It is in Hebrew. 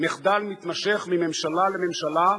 מחדל מתמשך מממשלה לממשלה,